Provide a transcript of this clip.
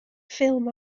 ffilm